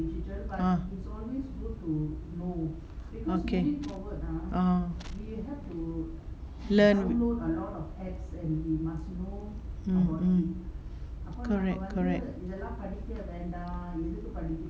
uh okay uh learn mm mm correct correct